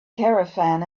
caravan